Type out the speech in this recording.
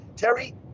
Terry